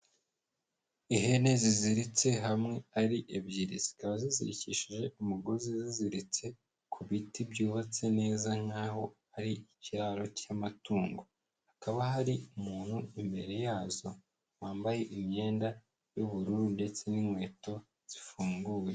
Ihene ziziritse hamwe ari ebyiri, zikaba zizirikishije umugozi, ziziritse ku biti byubatse neza nk'aho hari ikiraro cy'amatungo, hakaba hari umuntu imbere yazo wambaye imyenda y'ubururu ndetse n'inkweto zifunguye.